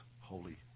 Holy